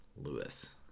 Lewis